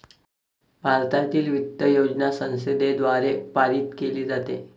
भारतातील वित्त योजना संसदेद्वारे पारित केली जाते